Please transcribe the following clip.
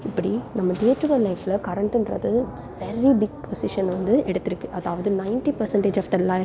இப்படி நம்ம day to day லைஃப்பில் கரண்ட்டுன்றது வெரி பிக் பொசிஷனை வந்து எடுத்திருக்கு அதாவது ninety percentage of the lie